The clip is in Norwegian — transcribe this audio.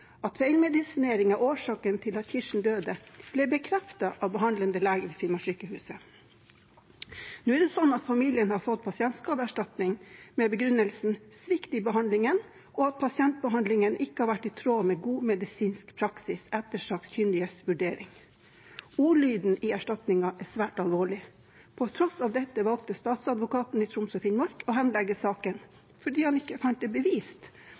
At feilmedisinering er årsaken til at Kirsten døde, ble bekreftet av behandlende lege ved Finnmarkssykehuset. Nå er det sånn at familien har fått pasientskadeerstatning med begrunnelsen svikt i behandlingen og at pasientbehandlingen ikke har vært i tråd med god medisinsk praksis, etter sakkyndiges vurdering. Ordlyden i erstatningen er svært alvorlig. På tross av dette valgte statsadvokaten i Troms og Finnmark å henlegge saken, fordi han ikke fant det bevist